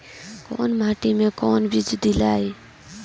कौन माटी मे कौन बीज दियाला?